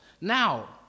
Now